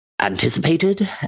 anticipated